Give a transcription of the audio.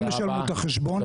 הם ישלמו את החשבון.